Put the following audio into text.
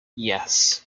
yes